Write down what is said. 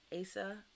asa